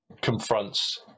confronts